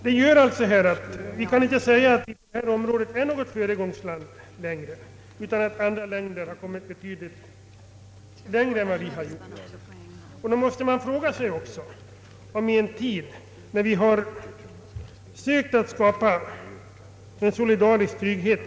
Vi kan alltså inte säga att Sverige är något föregångsland i detta avseende andra länder har kommit betydligt läng Fe; Vi lever i ett samhälle, som försökt skapa solidarisk trygghet.